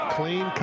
Clean